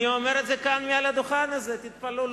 אני אומר את זה כאן מעל הדוכן הזה, תתפלאו.